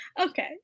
Okay